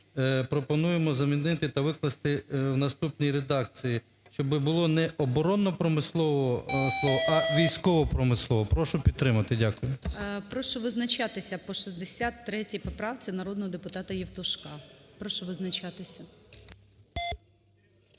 пропонуємо замінити та викласти в наступній редакції, щоб було не "оборонно-промислового" слово, а "військово-промислового". Прошу підтримати. Дякую. ГОЛОВУЮЧИЙ. Прошу визначатися по 63 поправці народного депутата Євтушка. Прошу визначатись.